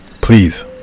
please